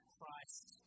Christ